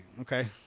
okay